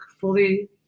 fully